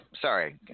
sorry